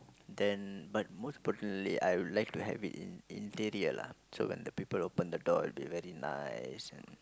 then but most personally I would like to have it in interior lah so when the people open the door will be very nice and